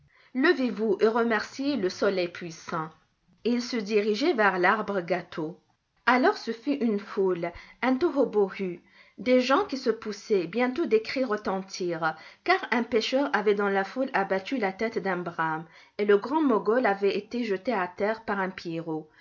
levez-vous et remerciez le soleil puissant et il se dirigeait vers larbre gâteau alors ce fut une foule un tohubohu des gens qui se poussaient bientôt des cris retentirent car un pêcheur avait dans la foule abattu la tête d'un brame et le grand mogol avait été jeté à terre par un pierrot